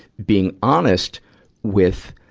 being honest with,